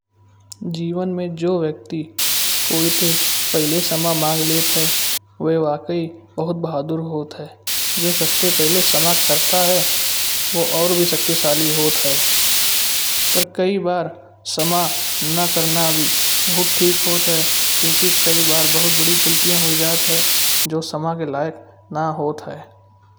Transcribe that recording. जीवन में जो व्यक्ति कोई ते पहले क्षमा मांग लेत ह। वै वाकई बहुत बहादुर होत है। जो सबते पहले क्षमा कऱता है वह और भी शक्तिशाली होत है। पर कई बार क्षमा न करना भी बहुत ठीक होत है। क्योंकि कई बार बहुत बड़ी गलतियां होइ जात है जो समा के लायक न होत है।